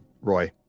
Roy